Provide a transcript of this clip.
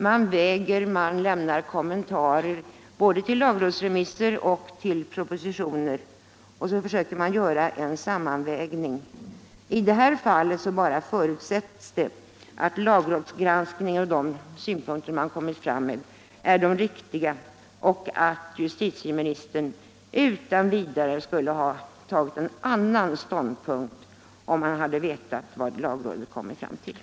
Man brukar lämna kommentarer, både till lagrådsremisser och till propositioner, och sedan försöka göra en sammanvägning. I det här fallet förutsätter utskottet bara att lagrådets granskning och de synpunkter som det kommit med är riktiga och att justitieministern utan vidare skulle ha intagit en annan ståndpunkt om han vetat vad lagrådet kommit fram till.